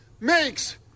makes